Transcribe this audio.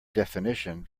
definition